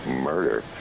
murder